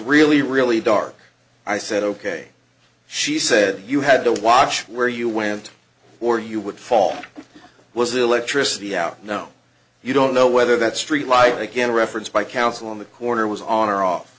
really really dark i said ok she said you had to watch where you went or you would fall was electricity out no you don't know whether that street light again referenced by counsel on the corner was on or off